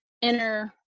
inner